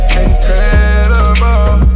incredible